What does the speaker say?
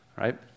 right